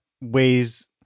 ways